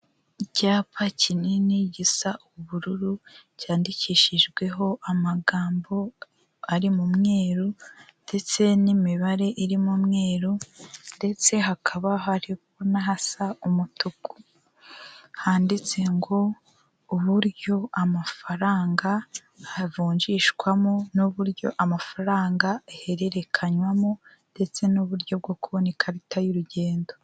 Icyapa kinini gisa ubururu cyandikishijweho amagambo ari mu mweru ndetse n'imibare irimu umweru ndetse hakaba hari n'ahasa umutuku handitse ngo uburyo amafaranga avunjishwamo n'uburyo amafaranga ahererekanywamo ndetse n'uburyo bwo kubona ikarita y'urugendo.